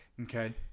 Okay